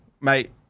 mate